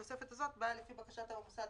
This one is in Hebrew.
התוספת הזאת באה לפי בקשת המוסד,